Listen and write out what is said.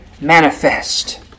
manifest